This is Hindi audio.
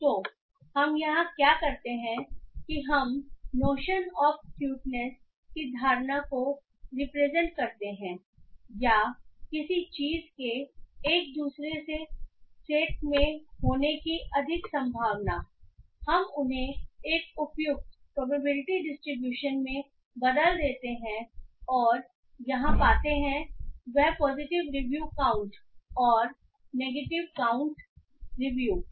तो हम यहाँ क्या करते हैं कि हम नोशन ऑफ क्यूटनेस की धारणा को रिप्रेजेंट करते हैं या किसी चीज़ के एक से दूसरे सेट में होने की अधिक संभावना हम उन्हें एक उपयुक्त प्रोबेबिलिटी डिस्ट्रीब्यूशन में बदल देते हैं और हम यहां पाते हैं वह पॉजिटिव रिव्यू काउंट और नेगेटिव रिव्यू काउंट है